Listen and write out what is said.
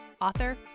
author